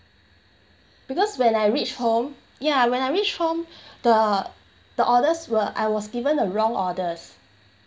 because when I reached home yeah when I reached home the the orders were I was given a wrong orders